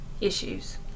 issues